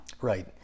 Right